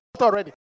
already